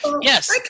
yes